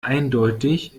eindeutig